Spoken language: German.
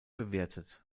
bewertet